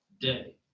day